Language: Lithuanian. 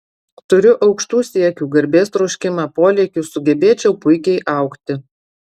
turiu aukštų siekių garbės troškimą polėkių sugebėčiau puikiai augti